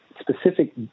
specific